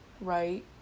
Right